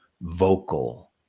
vocal